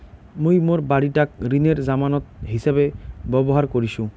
মুই মোর বাড়িটাক ঋণের জামানত হিছাবে ব্যবহার করিসু